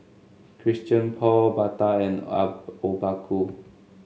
Christian Paul Bata and Obaku